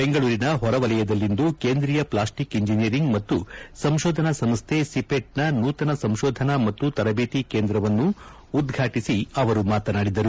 ಬೆಂಗಳೂರಿನ ಹೊರವಲಯದಲ್ಲಿಂದು ಕೇಂದ್ರೀಯ ಪ್ಲಾಸ್ಸಿಕ್ ಇಂಜಿನಿಯರಿಂಗ್ ಮತ್ತು ಸಂಶೋಧನಾ ಸಂಸ್ಟೆ ಸಿಪೆಟ್ನ ನೂತನ ಸಂಶೋಧನಾ ಮತ್ತು ತರಬೇತಿ ಕೇಂದ್ರವನ್ನು ಉದ್ಘಾಟಿಸಿ ಅವರು ಮಾತನಾಡಿದರು